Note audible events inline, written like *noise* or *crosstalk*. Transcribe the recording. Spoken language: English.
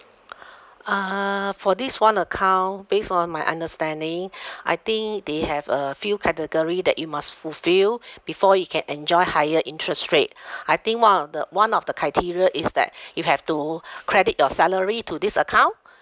*noise* uh for this one account based on my understanding *breath* I think they have a few category that you must fulfill before you can enjoy higher interest rate *breath* I think one of the one of the criteria is that you have to credit your salary to this account